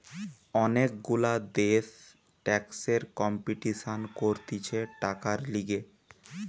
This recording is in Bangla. অনেক গুলা দেশ ট্যাক্সের কম্পিটিশান করতিছে টাকার লিগে